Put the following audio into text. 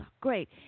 great